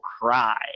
cry